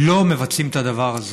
לא מבצעים את הדבר הזה.